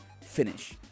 finish